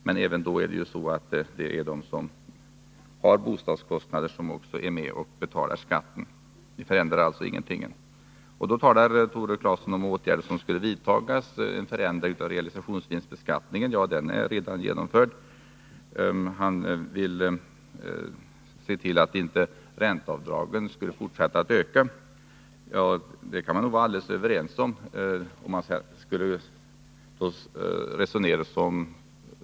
Men även då är de som har bostadskostnader med och betalar för det. Det förändrar alltså ingenting! Bland de åtgärder Tore Claeson nämnde var en förändring av realisationsvinstbeskattningen. Ja, den är redan genomförd! Tore Claeson ville också se till att ränteavdragen inte fortsätter att öka. Det kan vi nog vara alldeles överens om.